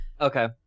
Okay